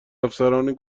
افسران